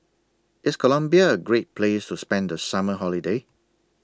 IS Colombia A Great Place to spend The Summer Holiday